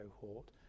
cohort